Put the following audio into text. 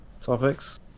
topics